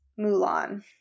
Mulan